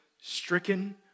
stricken